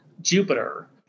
Jupiter